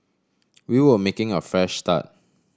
we were making a fresh start